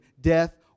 death